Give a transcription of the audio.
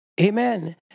Amen